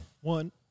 One